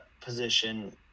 position